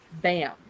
bam